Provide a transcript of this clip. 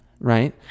right